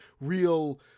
real